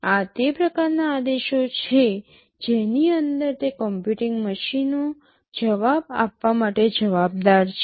આ તે પ્રકારનાં આદેશો છે જેની અંદર તે કમ્પ્યુટિંગ મશીનો જવાબ આપવા માટે જવાબદાર છે